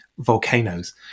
volcanoes